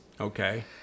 Okay